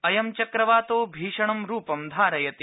अयं चक्रवातो भीषणं रूपं धारयति